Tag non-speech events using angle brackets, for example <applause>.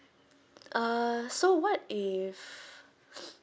uh so what if <noise>